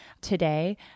today